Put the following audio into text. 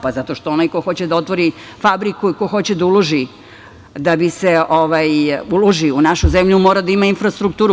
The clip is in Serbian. Pa, zato što onaj ko hoće da otvori fabriku i ko hoće da uloži, da bi se uložilo u našu zemlju, mora da ima infrastrukturu.